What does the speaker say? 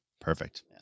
Perfect